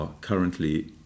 currently